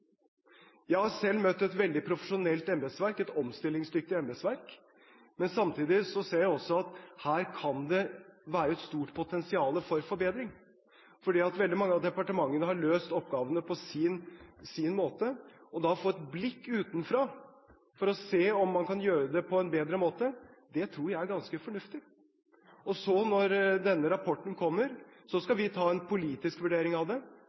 Jeg har selv møtt et veldig profesjonelt embetsverk, et omstillingsdyktig embetsverk, men samtidig ser jeg også at her kan det være et stort potensial for forbedring. Veldig mange av departementene har løst oppgavene på sin måte, og det å få et blikk utenfra for å se om man kan gjøre det på en bedre måte, tror jeg er ganske fornuftig. Og så, når denne rapporten kommer, skal vi ta en politisk vurdering av det.